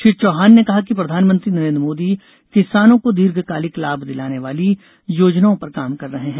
श्री चौहान ने कहा कि प्रधानमंत्री नरेंद्र मोदी किसानों को दीर्घकालिक लाभ दिलाने वाली योजनाओं पर काम कर रहे हैं